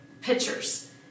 pictures